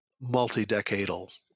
multi-decadal